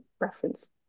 reference